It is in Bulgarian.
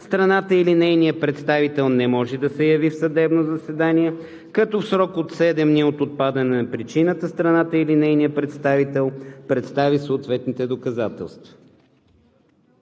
страната или нейният представител не може да се яви в съдебно заседание, като в срок до 7 дни от отпадане на причината страната или нейният представител представи съответни доказателства.“